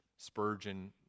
Spurgeon